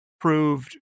proved